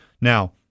Now